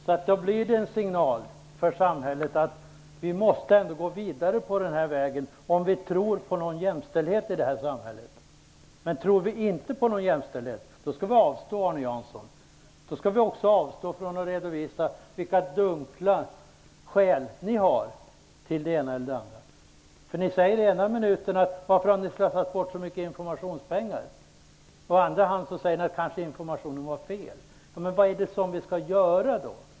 Det blir ändå en signal från samhället att vi måste gå vidare på den här vägen, om vi tror på jämställdhet i det här samhället. Tror vi inte på jämställdhet skall vi avstå, Arne Jansson. Då skall vi också avstå från att redovisa vilka dunkla skäl ni har för det ena och det andra. I ena minuten säger ni: Varför har ni slösat bort så mycket informationspengar? I andra minuten säger ni: Kanske informationen var fel? Vad är det då vi skall göra?